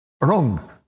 wrong